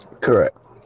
Correct